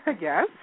Yes